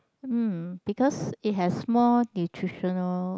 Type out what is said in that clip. mm because it has more nutritional